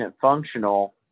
functional